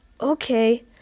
okay